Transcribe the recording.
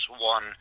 One